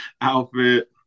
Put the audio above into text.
outfit